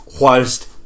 whilst